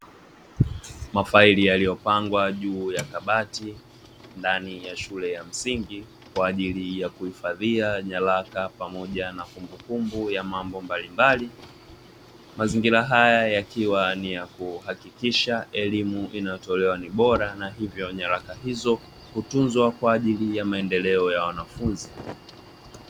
Mafaili yaliyopangwa juu ya kabati ndani ya shule ya msingi kwa ajili ya kuhifadhia nyaraka pamoja na kumbukumbu ya mambo mbalimbali, mazingira haya yakiwa ni ya kuhakikisha elimu inayotolewa ni bora na hivyo nyaraka hizo kutunzwa kwa ajili ya maendeleo ya wanafunzi.